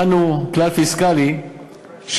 גם הנחלנו כלל פיסקלי שבעיקרו,